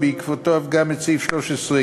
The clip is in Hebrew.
ובעקבותיו גם את סעיף 13ג(ג),